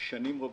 שנים רבות,